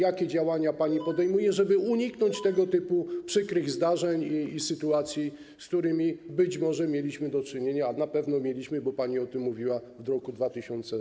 Jakie działania pani podejmuje, żeby uniknąć tego typu przykrych zdarzeń i takich sytuacji jak te, z którymi być może mieliśmy do czynienia - na pewno mieliśmy, bo pani o tym mówiła - w roku 2020?